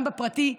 גם בפרטי,